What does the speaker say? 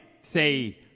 Say